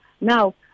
now